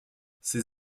ses